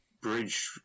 bridge